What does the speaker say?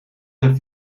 zijn